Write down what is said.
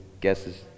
guesses